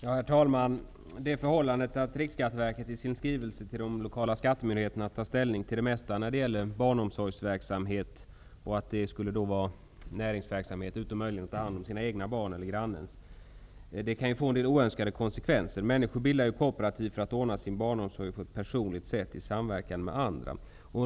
Herr talman! Det förhållandet att Riksskatteverket i sin skrivelse till de lokala skattemyndigheterna tar ställning till det mesta när det gäller barnomsorgsverksamhet och att det skulle vara fråga om näringsverksamhet -- utom möjligen när det gäller att ta hand om sina egna barn eller grannens -- kan få en del oönskade konsekvenser. Människor bildar ju kooperativ för att ordna sin barnomsorg på ett personligt sätt i samverkan med andra.